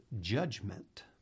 judgment